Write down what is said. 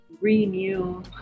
renew